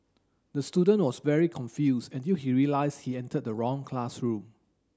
the student was very confused until he realised he entered the wrong classroom